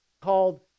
called